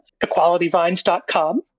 equalityvines.com